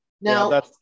Now